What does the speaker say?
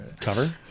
Cover